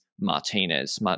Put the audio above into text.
Martinez